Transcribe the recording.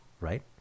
right